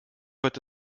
wird